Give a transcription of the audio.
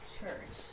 church